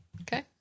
Okay